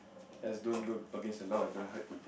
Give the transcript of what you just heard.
just don't go against the law and don't hurt people